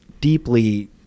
deeply